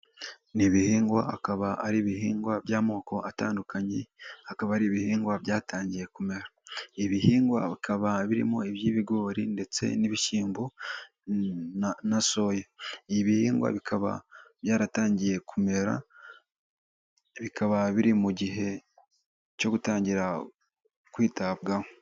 Ni ibihingwa akaba ari ibihingwa by'amoko atandukanye, akaba ari ibihingwa byatangiye kumera, ibihingwa bikaba birimo iby'ibigori ndetse n'ibishyimbo na soya, ibihingwa bikaba byaratangiye kumera bikaba biri mu gihe cyo gutangira kwitabwaho.